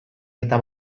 eta